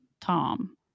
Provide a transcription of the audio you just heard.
Tom